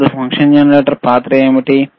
అప్పుడు function generator పాత్ర ఏమిటి